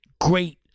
great